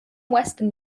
western